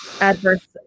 adverse